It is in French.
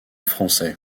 français